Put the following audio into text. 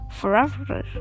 forever